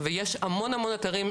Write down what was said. ויש המון המון אתרים,